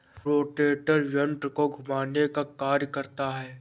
rotator यन्त्र को घुमाने का कार्य करता है